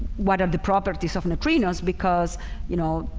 what are the properties of neutrinos because you know,